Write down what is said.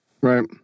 Right